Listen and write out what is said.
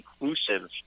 inclusive